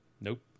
Nope